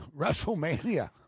WrestleMania